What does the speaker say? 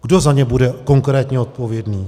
Kdo za ně bude konkrétně odpovědný?